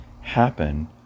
happen